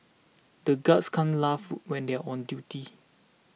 the guards can't laugh when they are on duty